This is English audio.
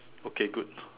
okay good